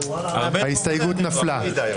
ההסתייגות נפלה.